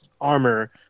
armor